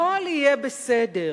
הכול יהיה בסדר.